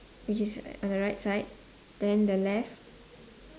which is on the right side then the left